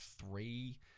three